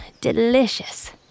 delicious